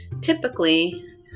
Typically